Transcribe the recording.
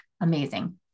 Amazing